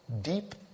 deep